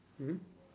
mmhmm